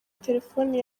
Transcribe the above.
telefoni